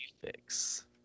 fix